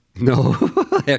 no